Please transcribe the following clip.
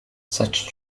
such